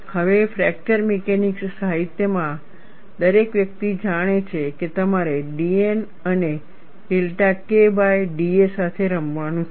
હવે fracture mechanics સાહિત્યમાં દરેક વ્યક્તિ જાણે છે કે તમારે dN અને ડેલ્ટા K બાય da સાથે રમવાનું છે